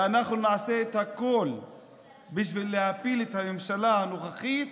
ואנחנו נעשה את הכול בשביל להפיל את הממשלה הנוכחית,